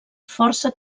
força